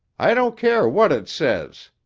i don't care what it says!